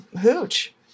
hooch